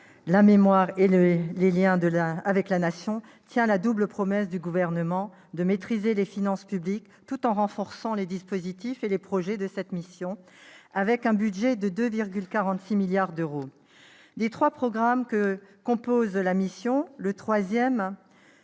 mémoire et liens avec la Nation » du quinquennat tient la double promesse du Gouvernement de maîtriser les finances publiques tout en renforçant les dispositifs et les projets de cette mission, avec un budget de 2,46 milliards d'euros. Des trois programmes qui composent la mission, le troisième,